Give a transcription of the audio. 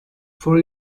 for